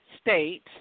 state